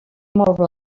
molt